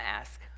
ask